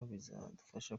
bizadufasha